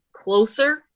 Closer